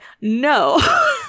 No